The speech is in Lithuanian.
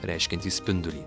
reiškiantį spindulį